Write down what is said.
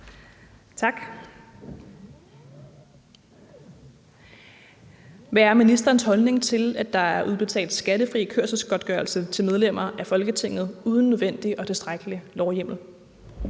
Hvad er ministerens holdning til, at der er udbetalt skattefri kørselsgodtgørelse til medlemmer af Folketinget uden nødvendig og tilstrækkelig lovhjemmel?